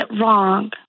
wrong